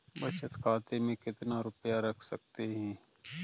बचत खाते में कितना रुपया रख सकते हैं?